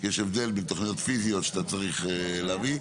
יש הבדל בין תוכניות פיזיות שאתה צריך להביא,